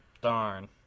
Darn